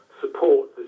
support